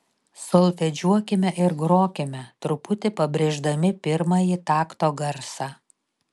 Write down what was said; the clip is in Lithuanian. solfedžiuokime ir grokime truputį pabrėždami pirmąjį takto garsą